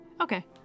Okay